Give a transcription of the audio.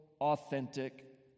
authentic